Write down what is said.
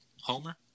Homer